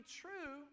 true